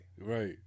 Right